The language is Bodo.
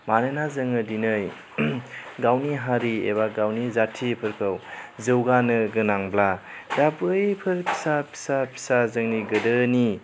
मानोना जोङो दिनै गावनि हारि एबा गावनि जातिफोरखौ जौगानो गोनांब्ला दा बैफोर फिसा फिसा फिसा जोंनि गोदोनि